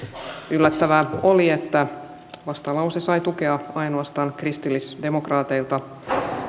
yllättävää oli että vastalause sai tukea ainoastaan kristillisdemokraateilta